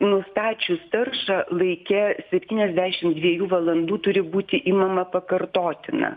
nustačius taršą laike septyniadešimt dviejų valandų turi būti imama pakartotina